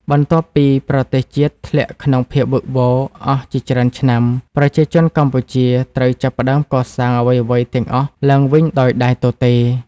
បន្ទាប់ពីប្រទេសជាតិធ្លាក់ក្នុងភាពវឹកវរអស់ជាច្រើនឆ្នាំ ប្រជាជនកម្ពុជាត្រូវចាប់ផ្តើមកសាងអ្វីៗទាំងអស់ឡើងវិញដោយដៃទទេ។